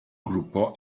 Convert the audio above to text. gruppo